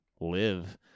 live